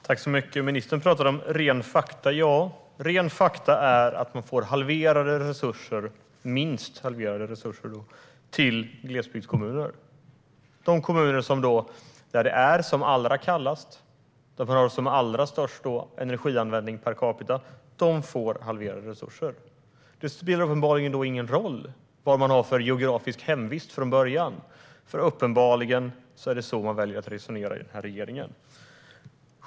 Fru talman! Ministern pratade om rena fakta. Ja, rena fakta är att glesbygdskommuner får minst halverade resurser, de kommuner där det är som allra kallast och där man har allra störst energianvändning per capita. Regeringen väljer att resonera som att det uppenbarligen inte spelar någon roll vad man har för geografisk hemvist från början.